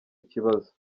ikibazo